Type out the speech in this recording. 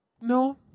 No